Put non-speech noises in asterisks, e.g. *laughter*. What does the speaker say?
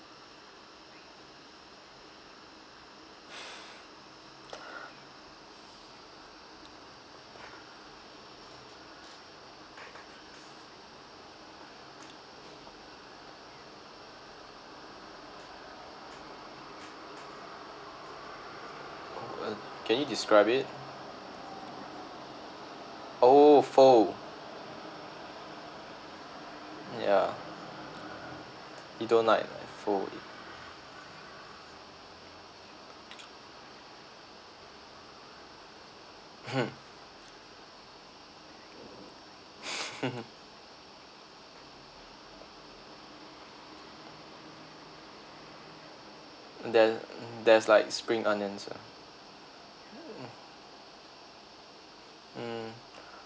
uh can you describe it oh pho yeah you don't like pho *laughs* then there's like spring onions ah *noise* mm